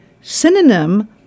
synonym